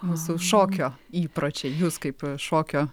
mūsų šokio įpročiai jus kaip šokio